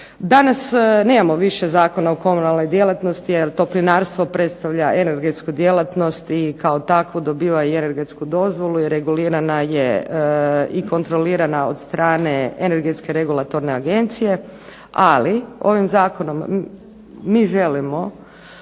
Danas nemamo više Zakona o komunalnoj djelatnosti jer toplinarstvo predstavlja energetsku djelatnost i kao takvu energetsku dozvolu i regulirana je i kontrolirana od strane energetske regulatorne agencije, ali ovim zakonom mi želimo